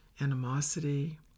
animosity